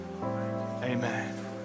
Amen